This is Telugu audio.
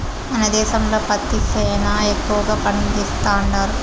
మన దేశంలో పత్తి సేనా ఎక్కువగా పండిస్తండారు